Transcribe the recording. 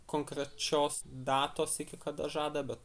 konkrečios datos iki kada žada bet